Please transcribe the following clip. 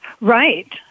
Right